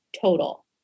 total